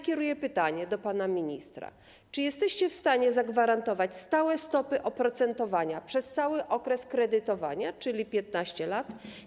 Kieruję pytania do pana ministra: Czy jesteście w stanie zagwarantować stałe stopy oprocentowania przez cały okres kredytowania, czyli przez 15 lat?